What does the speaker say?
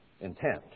intent